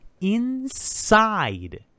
inside